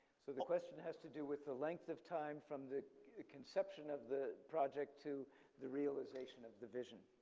so the question has to do with the length of time from the conception of the project to the realization of the vision.